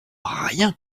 rien